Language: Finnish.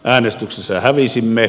äänestyksessä hävisimme